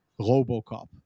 Robocop